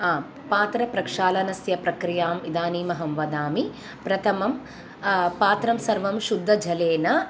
आम् पात्रप्रक्षालनस्य प्रक्रियाम् इदानीम् अहं वदामि प्रथमं पात्रं सर्वं शुद्धजलेन